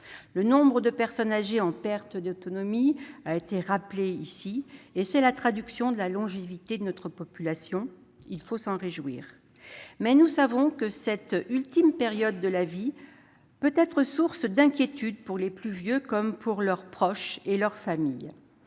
Le nombre de personnes âgées en perte d'autonomie a déjà été évoqué : il traduit la longévité de notre population, ce dont il faut se réjouir. Mais nous savons que cette ultime période de la vie peut être source d'inquiétude, pour les plus vieux comme pour leurs proches et leur famille.